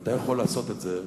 ואתה יכול לעשות את זה.